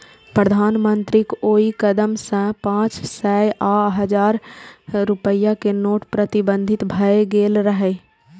प्रधानमंत्रीक ओइ कदम सं पांच सय आ हजार रुपैया के नोट प्रतिबंधित भए गेल रहै